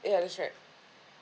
ya that's right